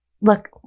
Look